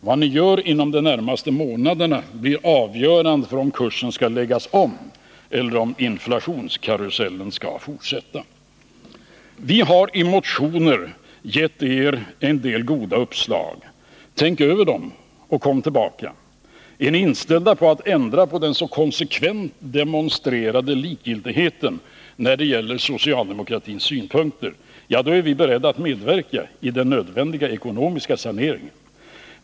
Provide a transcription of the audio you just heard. Vad ni gör inom de närmaste månaderna blir avgörande för om kursen skall läggas om eller om inflationskarusellen skall fortsätta. Vi har i våra motioner gett er goda uppslag. Tänk över dem och kom tillbaka! Är ni inställda på att ändra på den så konsekvent demonstrerade likgiltigheten när det gäller socialdemokratins synpunkter så är vi beredda att medverka i den nödvändiga ekonomiska saneringen.